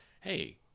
Hey